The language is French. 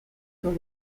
sur